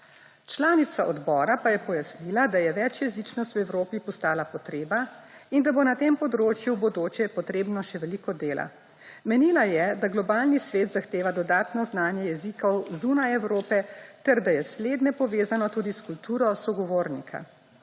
Članica odbora pa je pojasnila, da je večjezičnost v Evropi postala potreba in da bo na tem področju v bodoče potrebno še veliko dela. Menila je, da globalni svet zahteva dodatno znanje jezikov zunaj Evrope ter da je slednje povezano tudi s kulturo sogovornika.